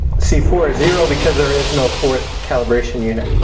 c four is zero because there is no fourth calibration unit.